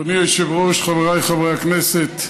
אדוני היושב-ראש, חבריי חברי הכנסת,